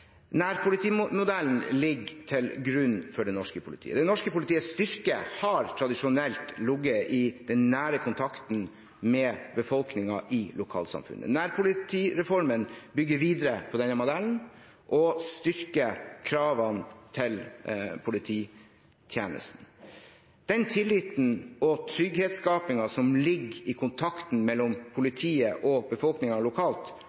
Nærpolitimodellen ligger til grunn for det norske politiet. Det norske politiets styrke har tradisjonelt ligget i den nære kontakten med befolkningen i lokalsamfunnet. Nærpolitireformen bygger videre på denne modellen og styrker kravene til polititjenesten. Den tilliten og trygghetsskapingen som ligger i kontakten mellom politiet og befolkningen lokalt,